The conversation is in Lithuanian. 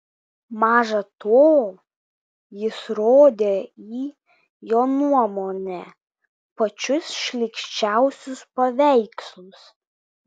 maža to jis rodė į jo nuomone pačius šlykščiausius paveikslus